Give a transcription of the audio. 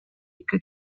ikka